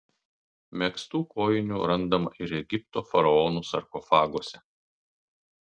megztų kojinių randama ir egipto faraonų sarkofaguose